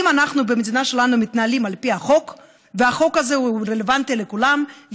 אם אנחנו במדינה שלנו מתנהלים על פי החוק והחוק הזה הוא רלוונטי לכולם,